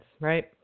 right